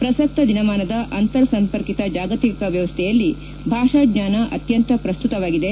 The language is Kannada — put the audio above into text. ಪ್ರಸಕ್ತ ದಿನಮಾನದ ಅಂತರ್ಸಂಪರ್ಕಿತ ಜಾಗತಿಕ ವ್ಕವಸ್ಥೆಯಲ್ಲಿ ಭಾಷಾಜ್ಞಾನ ಅಕ್ಕಂತ ಪ್ರಸ್ತುತವಾಗಿದೆ